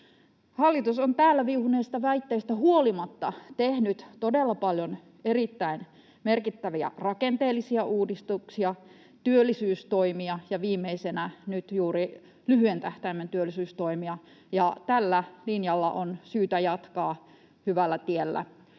Hallitus on täällä viuhuneista väitteistä huolimatta tehnyt todella paljon erittäin merkittäviä rakenteellisia uudistuksia, työllisyystoimia ja viimeisenä nyt juuri lyhyen tähtäimen työllisyystoimia, ja tällä linjalla on syytä jatkaa, hyvällä tiellä